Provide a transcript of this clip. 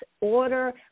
order